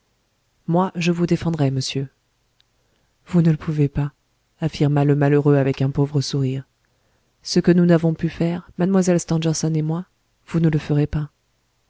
moi je vous défendrai monsieur vous ne le pouvez pas affirma le malheureux avec un pauvre sourire ce que nous n'avons pu faire mlle stangerson et moi vous ne le ferez pas